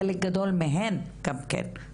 חלק גדול מהן גם כן.